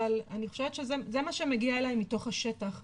אבל אני חושבת שזה מה שמגיע אלי מתוך השטח,